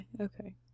Okay